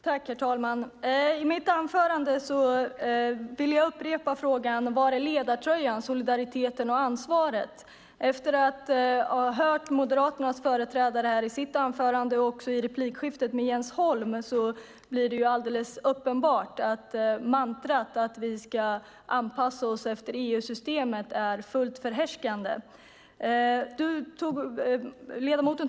Herr talman! Jag vill upprepa frågan från mitt anförande: Var är ledartröjan, solidariteten och ansvaret? Efter att ha hört anförandet av Moderaternas företrädare och replikskiftet med Jens Holm är det uppenbart att mantrat att vi ska anpassa oss efter EU-systemet är fullt förhärskande.